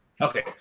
Okay